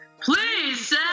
Please